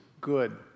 good